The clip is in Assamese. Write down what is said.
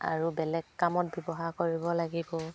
আৰু বেলেগ কামত ব্যৱহাৰ কৰিব লাগিব